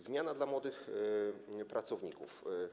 Zmiana dla młodych pracowników.